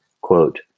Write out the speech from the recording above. quote